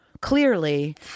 clearly